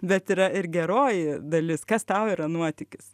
bet yra ir geroji dalis kas tau yra nuotykis